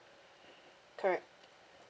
correct